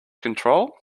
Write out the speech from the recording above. control